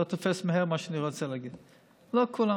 אתה תופס מהר את מה שאני רוצה להגיד, לא כולם.